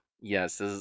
Yes